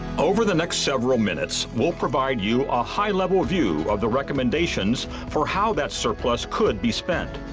over the next several minutes, we'll provide you a high-level view of the recommendations for how that surplus could be spent.